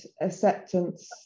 acceptance